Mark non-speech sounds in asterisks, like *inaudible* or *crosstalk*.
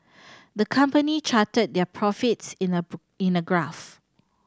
the company charted their profits in a *unintelligible* in a graph